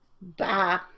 Bye